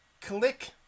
click